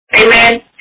Amen